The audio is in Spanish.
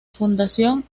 fundación